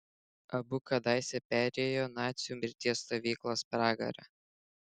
abu kadaise perėjo nacių mirties stovyklos pragarą